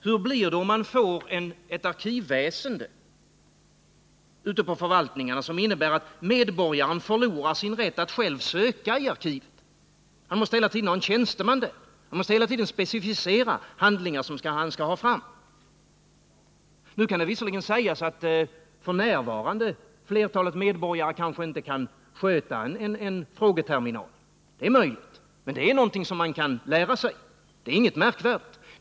Hur blir det om vi får ett arkivväsende ute på förvaltningarna som innebär att medborgarna förlorar sin rätt att själva söka i arkiven, som innebär att man hela tiden måste specificera handlingar man vill ha fram? Nu kan det visserligen sägas att flertalet medborgare f. n. kanske inte kan sköta en frågeterminal. Men det är någonting som man kan lära sig. Det är ingenting märkvärdigt.